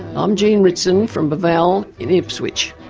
i'm jean ritson from reval in ipswich,